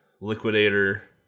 Liquidator